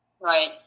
Right